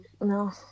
no